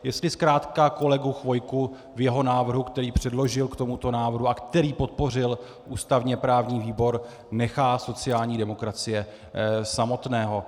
Jestli zkrátka kolegu Chvojku v jeho návrhu, který předložil k tomuto návrhu a který podpořil ústavněprávní výbor, nechá sociální demokracie samotného.